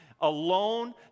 alone